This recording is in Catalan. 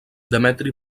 demetri